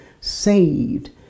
saved